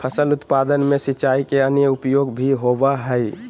फसल उत्पादन में सिंचाई के अन्य उपयोग भी होबय हइ